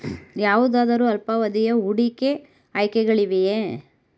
ಯಾವುದಾದರು ಅಲ್ಪಾವಧಿಯ ಹೂಡಿಕೆ ಆಯ್ಕೆಗಳಿವೆಯೇ?